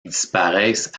disparaissent